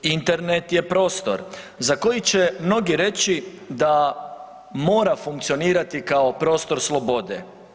Internet je prostor za koji će mnogi reći da mora funkcionirati kao prostor slobode.